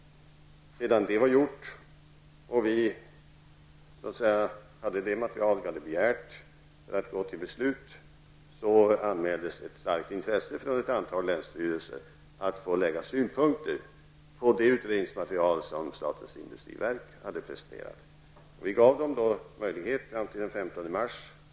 När det var gjort och vi fick de material vi hade begärt för att kunna gå till beslut, anmäldes ett starkt intresse från ett antal länsstyrelser om att få lägga fram synpunkter på de utredningsmaterial som statens industriverk hade presenterat. Det gav länsstyrelserna möjlighet att yttra sig fram till den 15 mars.